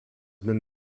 been